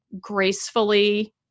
gracefully